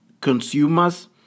consumers